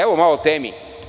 Evo, malo o temi.